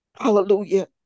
Hallelujah